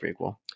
prequel